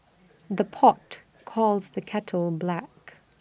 the pot calls the kettle black